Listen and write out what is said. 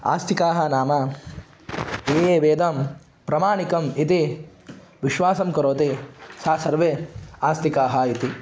आस्तिकाः नाम ये ये वेदं प्रमाणिकम् इति विश्वासं करोति सा सर्वा आस्तिकाः इति